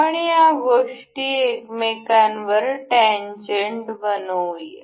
आपण या गोष्टी एकमेकांवर टेंनजट बनवूया